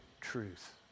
truth